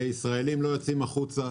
ישראלים לא יוצאים החוצה,